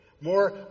more